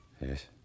Yes